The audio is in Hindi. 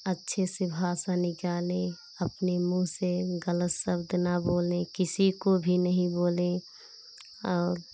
अच्छे से भाषा निकालें अपने मुंह से गलत शब्द न बोलें किसी को भी न बोलें और